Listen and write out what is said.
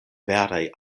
veraj